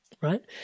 right